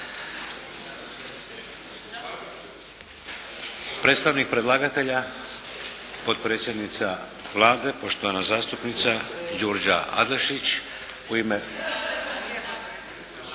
Predstavnik predlagatelja, potpredsjednica Vlade, poštovana zastupnica Đurđa Adlešić u ime